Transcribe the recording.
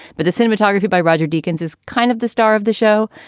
but the cinematography by roger deakins is kind of the star of the show.